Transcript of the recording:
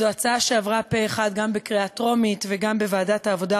זו הצעה שעברה פה אחד גם בקריאה טרומית וגם בוועדת העבודה,